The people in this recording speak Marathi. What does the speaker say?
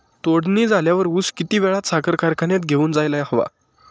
तोडणी झाल्यावर ऊस किती वेळात साखर कारखान्यात घेऊन जायला हवा?